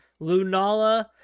Lunala